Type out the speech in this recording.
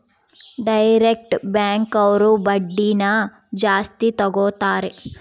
direct bank ಅವ್ರು ಬಡ್ಡಿನ ಜಾಸ್ತಿ ತಗೋತಾರೆ